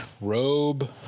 robe